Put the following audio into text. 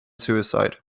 suicide